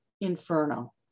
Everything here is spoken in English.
inferno